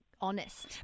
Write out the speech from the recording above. honest